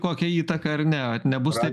kokią įtaką ar ne ar nebus taip